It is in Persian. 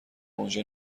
اونجا